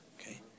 Okay